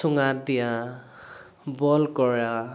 চুঙাত দিয়া বইল কৰা